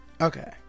Okay